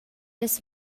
las